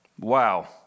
Wow